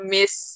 Miss